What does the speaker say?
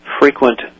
Frequent